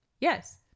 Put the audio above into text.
yes